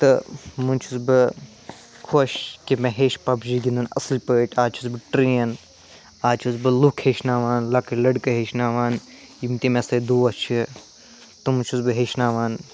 تہٕ وۅنۍ چھُس بہٕ خۄش کہِ مےٚ ہیٚچھ پَب جی گِنٛدُن اَصٕل پٲٹھۍ اَز چھُس بہٕ ٹریِن اَز چھُس بہٕ لُکھ ہیٚچھناوان لۅکٕٹۍ لَڑکہٕ ہیٚچھناوان یِم تہِ مےٚ سۭتۍ دۄس چھِ تِم چھُس بہٕ ہیچھناوان